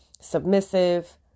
submissive